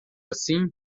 assim